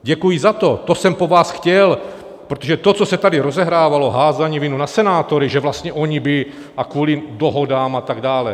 Děkuji za to, to jsem po vás chtěl, protože to, co se tady rozehrávalo, házení viny na senátory, že vlastně oni by a kvůli dohodám a tak dále.